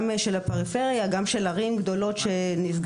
גם של הפריפריה וגם של ערים גדולות שנסגרו.